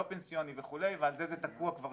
לא פנסיוני וכו' ועל זה זה תקוע כבר